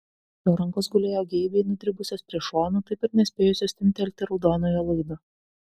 jo rankos gulėjo geibiai nudribusios prie šonų taip ir nespėjusios timptelti raudonojo laido